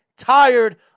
Tired